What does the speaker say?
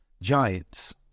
giants